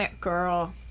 girl